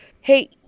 hey